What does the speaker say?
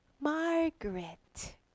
margaret